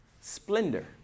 splendor